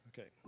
Okay